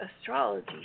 astrology